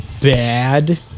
bad